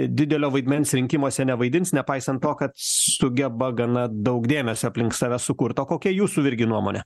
didelio vaidmens rinkimuose nevaidins nepaisant to kad sugeba gana daug dėmesio aplink save sukurt o kokia jūsų virgi nuomonė